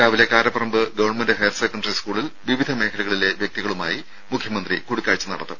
രാവിലെ Karaparamba government higher secondary സ്കൂളിൽ വിവിധ മേഖലകളിലെ വ്യക്തികളുമായി മുഖ്യമന്ത്രി കൂടിക്കാഴ്ച നടത്തും